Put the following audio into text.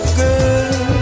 good